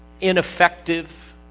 ineffective